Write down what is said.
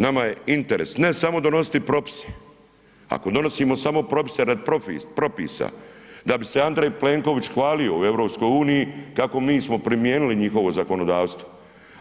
Nama je interes ne samo donositi propise, ako donosimo samo propise radi propisa da bi se Andrej Plenković hvalio u EU kako mi smo primijenili njihovo zakonodavstvo,